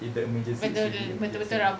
if the emergency is really emergency